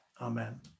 Amen